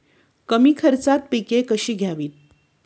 कमी खर्चात पिके कशी घ्यावी?